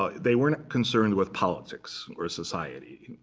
ah they were not concerned with politics or society,